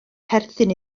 perthyn